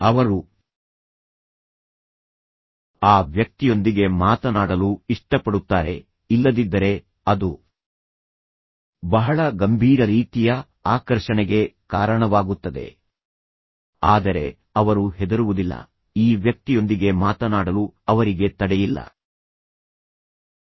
ಅವರು ಆ ವ್ಯಕ್ತಿಯೊಂದಿಗೆ ಮಾತನಾಡಲು ಇಷ್ಟಪಡುತ್ತಾರೆ ಇಲ್ಲದಿದ್ದರೆ ಅದು ಬಹಳ ಗಂಭೀರ ರೀತಿಯ ಆಕರ್ಷಣೆಗೆ ಕಾರಣವಾಗುತ್ತದೆ ಆದರೆ ಅವರು ಹೆದರುವುದಿಲ್ಲ ಈ ವ್ಯಕ್ತಿಯೊಂದಿಗೆ ಮಾತನಾಡಲು ಅವರಿಗೆ ತಡೆಯಿಲ್ಲ